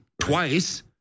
twice